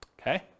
okay